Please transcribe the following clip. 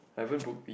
I haven't book